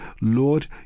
Lord